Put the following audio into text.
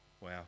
Wow